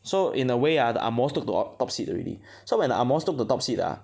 so in a way ah the ang mohs took the al~ top seat already so when the ang mohs took the top seat ah